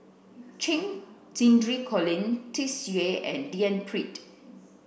Cheng Xinru Colin Tsung Yeh and D N Pritt